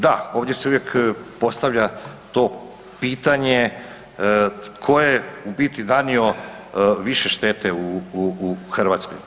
Da, ovdje se uvijek postavlja to pitanje tko je u biti nanio više štete u Hrvatskoj?